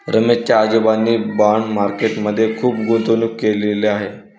रमेश च्या आजोबांनी bond market मध्ये खुप गुंतवणूक केलेले आहे